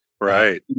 Right